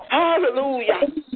Hallelujah